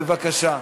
בבקשה.